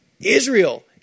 Israel